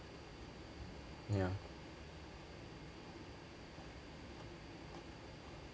ya